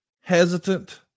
hesitant